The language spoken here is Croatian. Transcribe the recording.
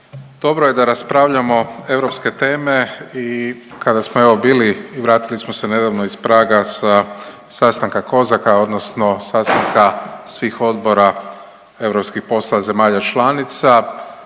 Dobro je da raspravljamo europske teme i kada smo evo bili i vratili smo se nedavno iz Praga sa sastanka COSAC-a, odnosno sastanka svih odbora europskih poslova zemalja članica.